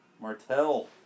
Martell